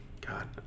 God